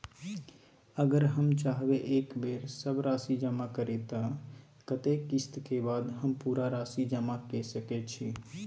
अगर हम चाहबे एक बेर सब राशि जमा करे त कत्ते किस्त के बाद हम पूरा राशि जमा के सके छि?